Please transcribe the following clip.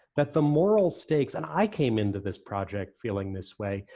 that the moral stakes, and i came into this project feeling this way,